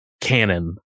canon